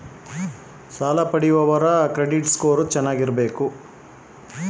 ಸಾಲ ಪಡೆಯಲು ಮುಖ್ಯವಾಗಿ ಏನು ಅರ್ಹತೆ ಇರಬೇಕು?